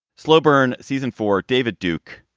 slow burn season for david duke.